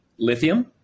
lithium